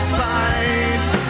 Spice